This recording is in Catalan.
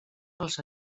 pels